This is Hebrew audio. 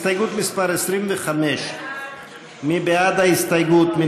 הסתייגות מס' 25. מי בעד ההסתייגות?